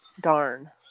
Darn